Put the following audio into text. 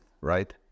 right